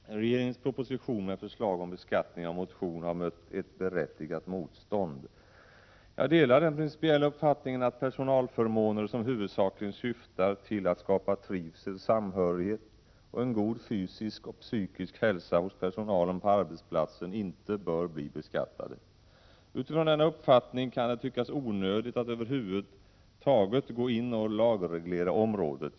Herr talman! Regeringens proposition med förslag om beskattning av motion har mött ett berättigat motstånd. Jag delar den principiella uppfattningen att personalförmåner som huvudsakligen syftar till att skapa trivsel, samhörighet och en god fysisk och psykisk hälsa hos personalen på arbetsplatsen inte bör bli beskattade. Utifrån denna uppfattning kan det tyckas onödigt att över huvud taget gå in och lagreglera området.